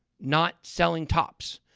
not selling tops,